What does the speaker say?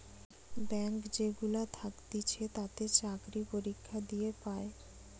bank যেগুলা থাকতিছে তাতে চাকরি পরীক্ষা দিয়ে পায়